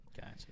Gotcha